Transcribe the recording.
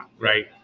Right